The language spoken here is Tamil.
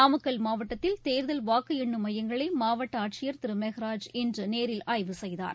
நாமக்கல் மாவட்டத்தில் தேர்தல் வாக்கு எண்ணும் மையங்களை மாவட்ட ஆட்சியர் திரு மெகராஜ் இன்று நேரில் ஆய்வு செய்தார்